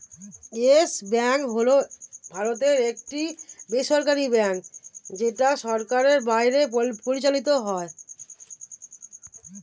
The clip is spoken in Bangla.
ইয়েস ব্যাঙ্ক হল ভারতের একটি বেসরকারী ব্যাঙ্ক যেটা সরকারের বাইরে পরিচালিত হয়